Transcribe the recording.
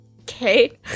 okay